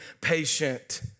patient